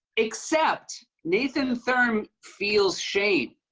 except nathan thurm feels shame.